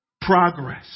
Progress